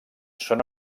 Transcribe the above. són